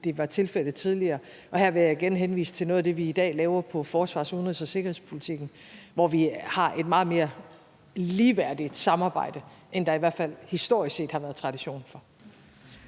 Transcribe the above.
det var tilfældet tidligere. Og her vil jeg igen henvise til noget af det, vi i dag laver inden for forsvars-, udenrigs- og sikkerhedspolitikken, hvor vi har et meget mere ligeværdigt samarbejde, end der i hvert fald historisk set har været tradition for.